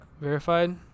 verified